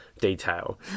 detail